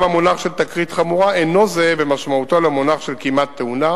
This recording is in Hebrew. גם המונח של תקרית חמורה אינו זהה במשמעותו למונח של כמעט-תאונה,